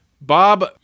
Bob